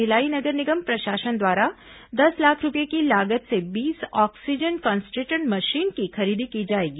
भिलाई नगर निगम प्रशासन द्वारा दस लाख रूपये की लागत से बीस ऑक्सीजन कंसट्रेटर मशीन की खरीदी की जाएगी